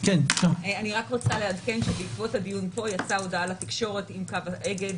אני רק רוצה לעדכן שבעקבות הדיון פה יצאה הודעה לתקשורת בעניין קו אגד,